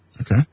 Okay